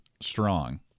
strong